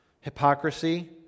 hypocrisy